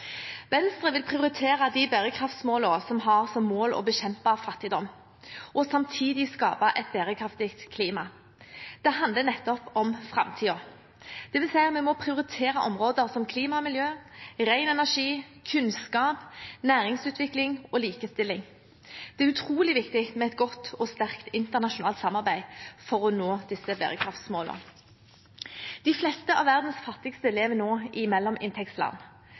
Venstre vil prioritere de bærekraftsmålene som har som mål å bekjempe fattigdom og samtidig skape et bærekraftig klima. Det handler nettopp om framtiden. Det vil si at vi må prioritere områder som klima og miljø, ren energi, kunnskap, næringsutvikling og likestilling. Det er utrolig viktig med et godt og sterkt internasjonalt samarbeid for å nå disse bærekraftsmålene. De fleste av verdens fattigste lever nå i mellominntektsland.